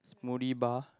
Molly bar